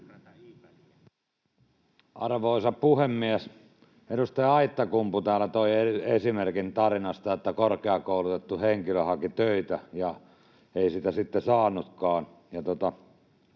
Arvoisa puhemies! Edustaja Aittakumpu täällä toi esimerkkinä tarinan, että korkeakoulutettu henkilö haki töitä ja ei niitä sitten saanutkaan.